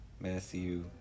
Matthew